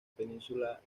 península